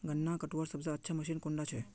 गन्ना कटवार सबसे अच्छा मशीन कुन डा छे?